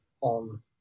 on